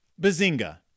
bazinga